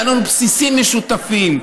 היו לנו בסיסים משותפים.